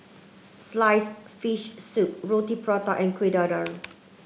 sliced fish soup Roti Prata and Kuih Dadar